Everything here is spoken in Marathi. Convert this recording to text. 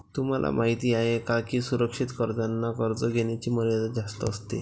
तुम्हाला माहिती आहे का की सुरक्षित कर्जांना कर्ज घेण्याची मर्यादा जास्त असते